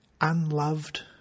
Unloved